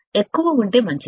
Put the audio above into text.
ఎక్కువ ఉంటె మంచిది